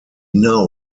now